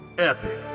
Epic